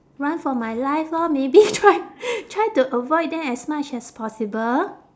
run for my life lor maybe try try to avoid them as much as possible